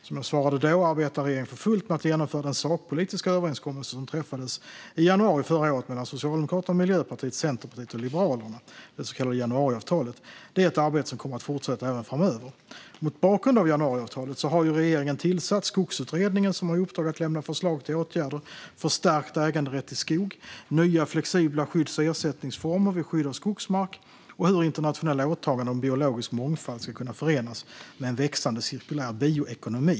Som jag svarade då arbetar regeringen för fullt med att genomföra den sakpolitiska överenskommelse som träffades i januari förra året mellan Socialdemokraterna, Miljöpartiet, Centerpartiet och Liberalerna, det så kallade januariavtalet. Detta är ett arbete som kommer att fortsätta även framöver. Mot bakgrund av januariavtalet har regeringen tillsatt Skogsutredningen, som har i uppdrag att lämna förslag till åtgärder för stärkt äganderätt till skog, nya flexibla skydds och ersättningsformer vid skydd av skogsmark samt hur internationella åtaganden om biologisk mångfald ska kunna förenas med en växande cirkulär bioekonomi.